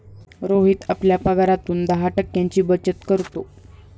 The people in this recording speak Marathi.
रोहित आपल्या पगारातून दहा टक्क्यांची बचत करतो